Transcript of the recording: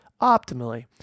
optimally